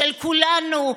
של כולנו,